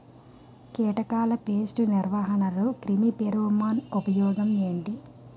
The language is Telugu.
కీటకాల పేస్ట్ నిర్వహణలో క్రిమి ఫెరోమోన్ ఉపయోగం